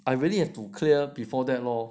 I really have to clear before that lor